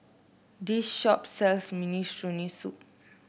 this shop sells Minestrone